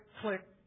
click